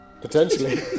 Potentially